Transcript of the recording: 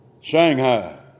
Shanghai